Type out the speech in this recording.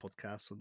podcast